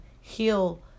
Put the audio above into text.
heal